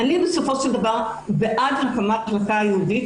אני בסופו של דבר בעד הקמה של מחלקה ייעודית,